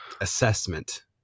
assessment